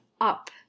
up